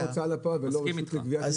למה הוצאה לפועל ולא רשות לגביית מסים?